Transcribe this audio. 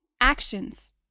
Actions